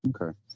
okay